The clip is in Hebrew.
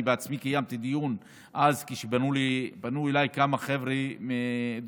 אני בעצמי קיימתי דיון כשפנו אליי כמה חבר'ה דרוזים,